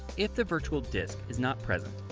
if the virtual disk is not present,